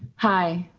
hi,